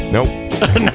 Nope